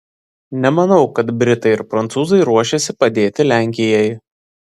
nemanau kad britai ir prancūzai ruošiasi padėti lenkijai